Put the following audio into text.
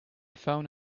phone